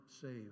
saved